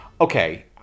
Okay